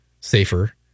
safer